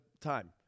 time